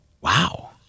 wow